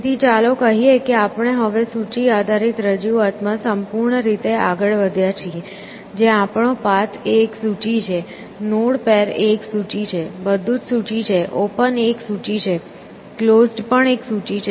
તેથી ચાલો કહીએ કે આપણે હવે સૂચિ આધારિત રજૂઆતમાં સંપૂર્ણ રીતે આગળ વધ્યા છીએ જ્યાં આપણો પાથ એ એક સૂચિ છે નોડ પેર એ એક સૂચિ છે બધું જ સૂચિ છે ઓપન એક સૂચિ છે ક્લોઝડ પણ એક સૂચિ છે